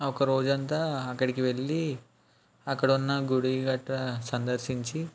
ఒక రోజంతా అక్కడికి వెళ్ళి అక్కడున్న గుడి గట్ర సందర్శించి